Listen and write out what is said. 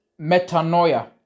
metanoia